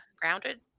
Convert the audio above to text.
grounded